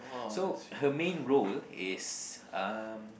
so her main role is um